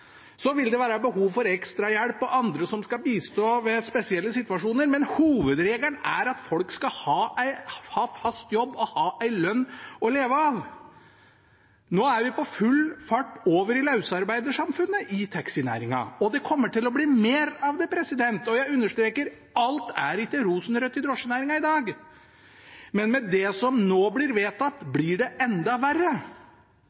Så vil det være behov for ekstrahjelp og andre til å bistå ved spesielle situasjoner, men hovedregelen er at folk skal ha fast jobb og ha ei lønn å leve av. Nå er vi på full fart over i løsarbeidersamfunnet i taxinæringen, og det kommer til å bli mer av det. Og jeg understreker – alt er ikke rosenrødt i drosjenæringen i dag, men med det som nå blir vedtatt,